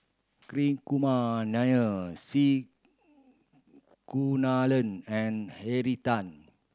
Hri Kumar Nair C Kunalan and Henry Tan